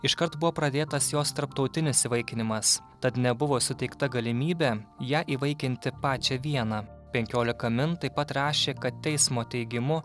iškart buvo pradėtas jos tarptautinis įvaikinimas tad nebuvo suteikta galimybė ją įvaikinti pačią vieną penkiolika min taip pat rašė kad teismo teigimu